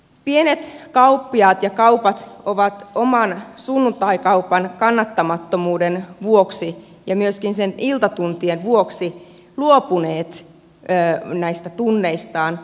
pienet kauppiaat ja kaupat ovat oman sunnuntaikaupan kannattamattomuuden vuoksi ja myöskin iltatuntien vuoksi luopuneet näistä tunneistaan